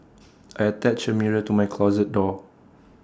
I attached A mirror to my closet door